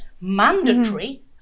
mandatory